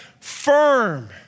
firm